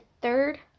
third